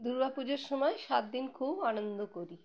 দুর্গাপুজোর সময় সাত দিন খুব আনন্দ করি